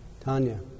Tanya